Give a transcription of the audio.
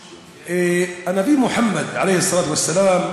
הנביא מוחמד (אומר דברים בשפה העברית